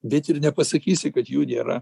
bet ir nepasakysi kad jų nėra